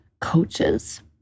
coaches